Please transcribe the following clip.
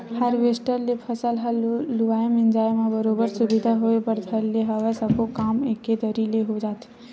harvester ले फसल ल लुवाए मिंजाय म बरोबर सुबिधा होय बर धर ले हवय सब्बो काम एके दरी ले हो जाथे